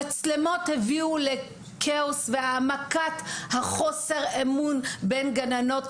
המצלמות הביאו לכאוס ולהעמקת חוסר האמון בין גננות